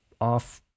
off